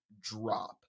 drop